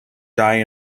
die